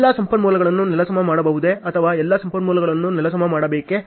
ಎಲ್ಲಾ ಸಂಪನ್ಮೂಲಗಳನ್ನು ನೆಲಸಮ ಮಾಡಬಹುದೇ ಅಥವಾ ಎಲ್ಲಾ ಸಂಪನ್ಮೂಲಗಳನ್ನು ನೆಲಸಮ ಮಾಡಬೇಕೇ